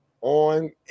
on